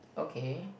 okay